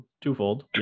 twofold